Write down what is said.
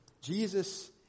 Jesus